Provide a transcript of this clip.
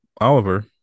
Oliver